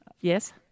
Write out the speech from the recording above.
Yes